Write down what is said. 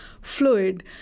Fluid